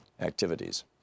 activities